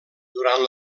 durant